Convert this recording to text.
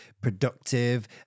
productive